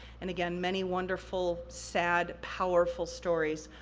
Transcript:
and again, many wonderful, sad, powerful stories,